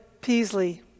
Peasley